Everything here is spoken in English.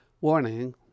Warning